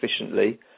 efficiently